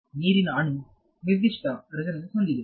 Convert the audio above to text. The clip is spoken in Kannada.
ನೀರಿನ ಅಣು ನಿರ್ದಿಷ್ಟ ರೆಸೊನೆನ್ಸ್ ಹೊಂದಿದೆ